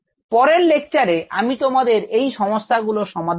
পরের লেকচারে আমি তোমাদের এই সমস্যাগুলো সমাধান করব